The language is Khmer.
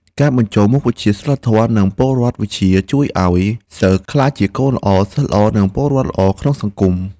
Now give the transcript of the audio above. ការបញ្ចូលមុខវិជ្ជាសីលធម៌និងពលរដ្ឋវិជ្ជាជួយឱ្យសិស្សក្លាយជាកូនល្អ សិស្សល្អ និងពលរដ្ឋល្អក្នុងសង្គម។